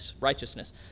righteousness